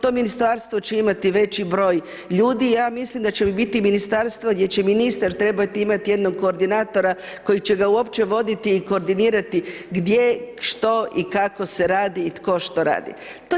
To ministarstvo će imati već broj ljudi i ja mislim da će biti ministarstvo gdje će ministar trebati imati jednog koordinatora koji će ga uopće voditi i koordinirati gdje, što i kako se radi i tko što radi.